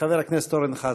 חבר הכנסת אורן חזן.